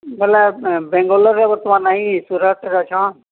ବୋଲେ ବାଙ୍ଗାଲୋରରେ ବର୍ତ୍ତମାନ ନାହିଁ ସୁରଟରେ ଅଛ